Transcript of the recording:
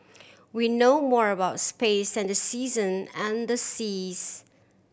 we know more about space than the season and seas